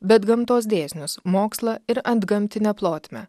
bet gamtos dėsnius mokslą ir antgamtinę plotmę